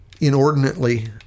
inordinately